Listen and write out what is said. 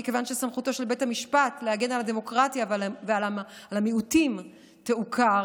מכיוון שסמכותו של בית המשפט להגן על הדמוקרטיה ועל המיעוטים תעוקר,